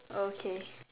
okay